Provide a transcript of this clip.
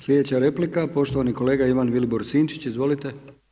Sljedeća replika poštovani kolega Ivan Vilibor Sinčić, izvolite.